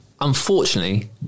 Unfortunately